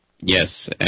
Yes